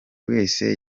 wese